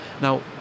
Now